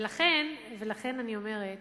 ולכן אני אומרת